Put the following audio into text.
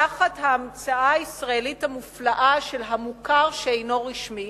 תחת ההמצאה הישראלית המופלאה של המוכר שאינו רשמי,